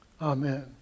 Amen